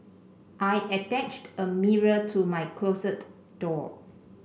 I attached a mirror to my closet door